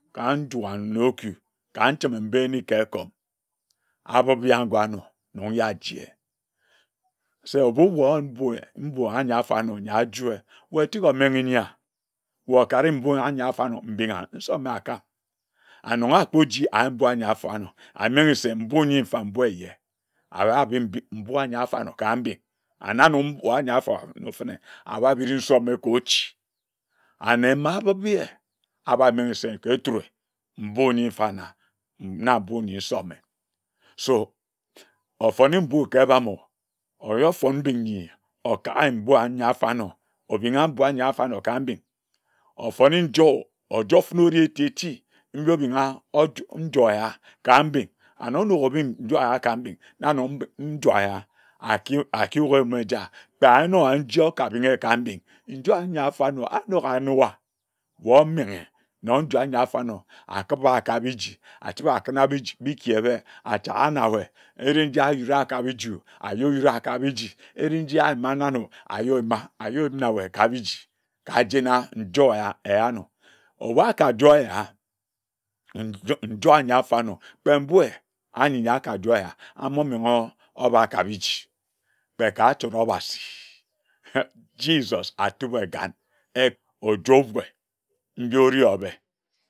Ka nju anne oku ka nijmi mba eni ka ekom abib man nyor ngor anor nyor ye ajie se ebu wae oyin mbue mbui eya nyi afarnor nyi ajue wae tik omenghe nyia wae okare mbui anyi afarnor mbingha nsome akam anoga akpo ji ka mba nyi afarnor amenghe se bui nyi mfa mbui eye aba bik mbui anyi afarnor ka mbing ananum wabi ofon nyor fene ababini nsome kochi anne mba abibye abar meghe se ke eturi mbui nyi mfana na mbui nyi nsome so ofone mbui ke ebumoo oyor fon ndum nyi okage mbui anyi afarnor obingha mbui anyi afano ka mbing ofone njor, ojor fene ede eti eti mbobingha ojor njor eya ka mbing and onok obing njor eya ka mbing nanor mgbe njor eya aku akiyuk eyum eja tayinor oyin nji okabinghe ka mbing njor anyi afarnor anok ayinuwa wae omenghe nyor njor nyi afarnor akiba kabji achibe akuna biji ebe achaka na wae ere nji ayura ka bi jio ayura kabiji ere nji ayima nanoo ayima na wae kaniji kajena njor eya eyanor ebu akajoer eya njud njor anui afarnor kpe mbhue anyi nor akajoer eya amomengha abar kabi ji kpe ka acjore obasi, Jesus atub ehgan eh ojor wae ndi ori obe